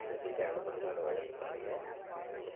அதை சீக்கிரம் அனுப்புகிறத்துக்கான வழியை பாருங்க ரொம்ப